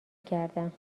کردم